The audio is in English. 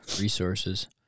resources